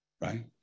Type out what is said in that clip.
right